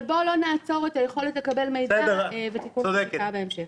אבל בואו לא נעצור את היכולת לקבל מידע ותיקון חקיקה בהמשך.